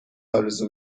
آرزو